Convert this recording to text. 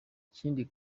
ikindi